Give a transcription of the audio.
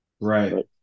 right